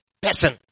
person